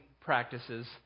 practices